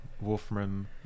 Wolfram